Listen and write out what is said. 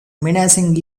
menacing